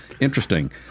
Interesting